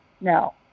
No